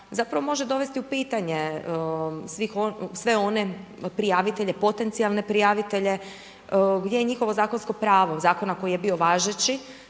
zapravo može dovesti u pitanje sve one prijavitelje, potencijalne prijavitelje gdje je njihovo zakonsko pravo, zakona koji je bio važeći,